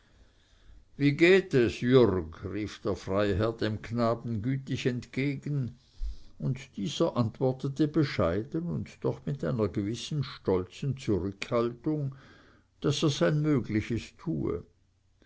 wie geht es jürg rief der freiherr dem knaben gütig entgegen und dieser antwortete bescheiden und doch mit einer gewissen stolzen zurückhaltung daß er sein mögliches tue